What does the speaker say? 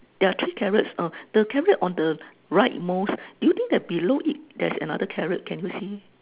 yeah three carrots uh the carrot on the right most do you think that below it there's another carrot can you see